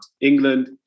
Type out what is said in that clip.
England